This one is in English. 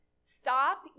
stop